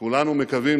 כולנו מקווים